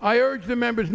i urge the members